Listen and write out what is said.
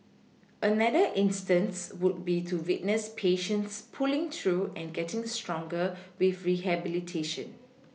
another instance would be to witness patients pulling through and getting stronger with rehabilitation